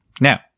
Now